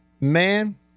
man